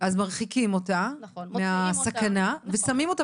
אז מרחיקים אותה מהסכנה ושמים אותה